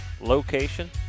location